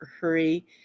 hurry